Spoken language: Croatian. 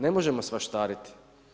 Ne možemo svaštariti.